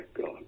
God